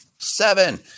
seven